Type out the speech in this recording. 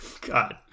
God